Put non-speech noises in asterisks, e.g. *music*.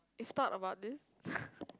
you've thought about this *laughs*